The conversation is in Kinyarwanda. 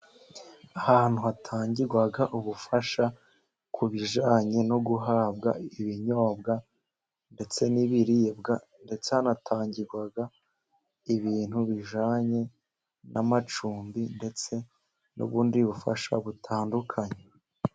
Ahantu hatangirwa ubufasha ku bijyanye no guhabwa ibinyobwa, ndetse n'ibiribwa, ndetse hanatangirwa ibintu bijyanye n'amacumbi, ndetse n'ubundi bufasha butandukanye.